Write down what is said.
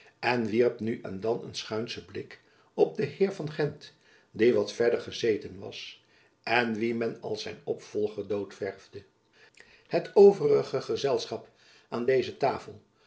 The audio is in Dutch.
en wierp nu en dan een schuinschen blik op den heer van gendt die wat verder gezeten was en wien men als zijn opvolger doodverfde het overige gezelschap aan deze tafel